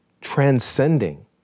transcending